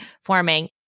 forming